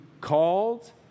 called